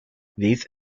these